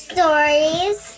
Stories